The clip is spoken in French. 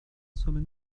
sommes